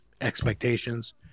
expectations